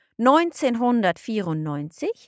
1994